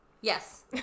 Yes